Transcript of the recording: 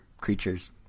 creatures